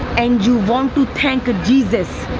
and you want to thank jesus.